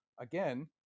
again